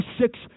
six